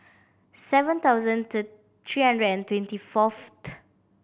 seven thousand three hundred and twenty fourth